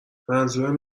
منظورم